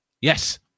Yes